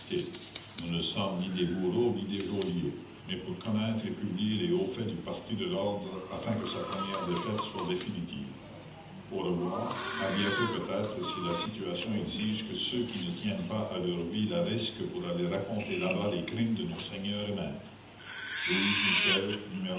nous ne sommes ni des bourreaux ni des geôliers mais pour connaître et publier les hauts faits du parti de l'ordre afin que sa première défaite soit définitive au revoir à bientôt peut-être si la situation exige que ceux qui ne tiennent pas à leur vie la risquent pour aller raconter là-bas les crimes de nos seigneurs et maîtres louis